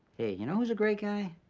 hey, you know who's a great guy?